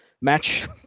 match